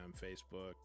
Facebook